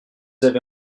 avez